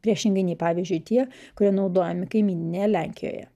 priešingai nei pavyzdžiui tie kurie naudojami kaimyninėje lenkijoje